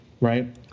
right